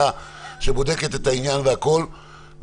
אנחנו אמרנו שמשמרת שנייה אצלנו תוכל להיות לכל היותר עד 19:00,